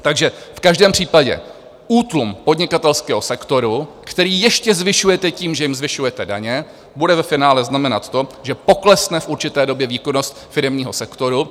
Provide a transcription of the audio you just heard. Takže v každém případě útlum podnikatelského sektoru, který ještě zvyšujete tím, že jim zvyšujete daně, bude ve finále znamenat to, že poklesne v určité době výkonnost firemního sektoru.